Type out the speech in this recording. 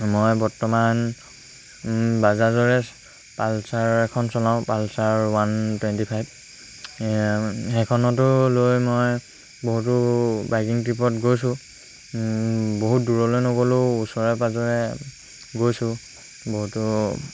মই বৰ্তমান বাজাজৰে পালচাৰ এখন চলাওঁ পালচাৰ ওৱান টুৱেণ্টি ফাইভ সেইখনতো লৈ মই বহুতো বাইকিং ট্ৰিপত গৈছোঁ বহুত দূৰলৈ নগ'লেও ওচৰে পাঁজৰে গৈছোঁ বহুতো